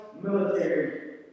military